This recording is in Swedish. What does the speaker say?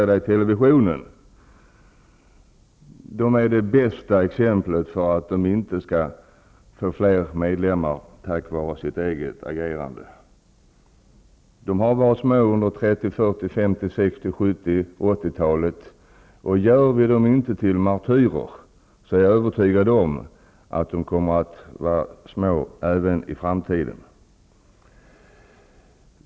De är genom sitt eget agerande det bästa avskräckande exemplet på att de inte bör få flera medlemmar. De här organisationerna har varit små under 30-, 40-, 50-, 60-, 70 och 80-talet. Om vi inte gör dem till martyrer är jag övertygad om att de kommer att vara små även i framtiden.